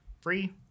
Free